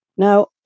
Now